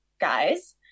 guys